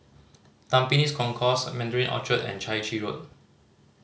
Tampines Concourse Mandarin Orchard and Chai Chee Road